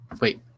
Wait